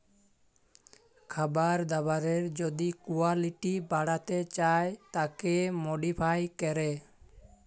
খাবার দাবারের যদি কুয়ালিটি বাড়াতে চায় তাকে মডিফাই ক্যরে